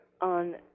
on